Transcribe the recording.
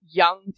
young